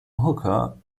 hooker